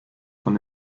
von